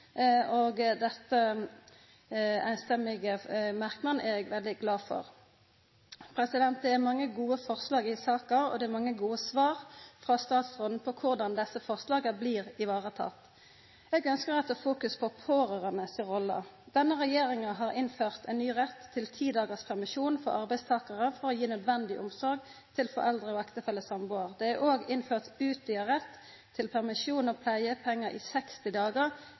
merknaden er eg veldig glad for. Det er mange gode forslag i saka, og det er mange gode svar frå statsråden om korleis desse forslaga blir varetekne. Eg ønskjer å retta fokus på pårørande si rolle. Denne regjeringa har innført ein ny rett til ti dagars permisjon for arbeidstakarar for å gi nødvendig omsorg til foreldre og ektefelle/sambuar. Det er òg innført utvida rett til permisjon og pleiepengar i 60 dagar